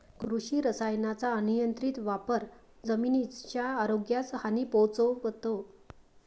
कृषी रसायनांचा अनियंत्रित वापर जमिनीच्या आरोग्यास हानी पोहोचवतो